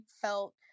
felt